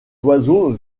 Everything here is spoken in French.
oiseau